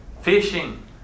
fishing